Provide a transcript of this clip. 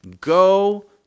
go